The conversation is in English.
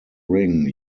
ring